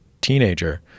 teenager